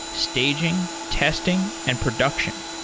staging, testing and production.